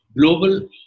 Global